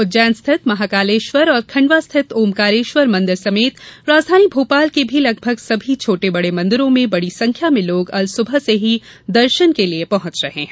उज्जैन स्थित महाकालेश्वर और खंडवा स्थित ओंकारेश्वर मंदिर समेत राजधानी भोपाल के भी लगभग सभी छोटे बड़े मंदिरों में बड़ी संख्या में लोग अलसुबह से ही दर्शन के लिए पहुंच रहे हैं